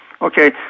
Okay